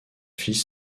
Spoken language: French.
fils